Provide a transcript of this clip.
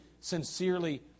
sincerely